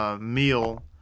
meal